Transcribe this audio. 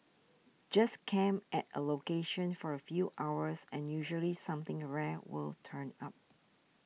just camp at a location for a few hours and usually something a rare will turn up